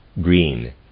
Green